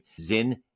Zin